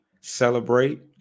celebrate